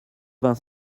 vingt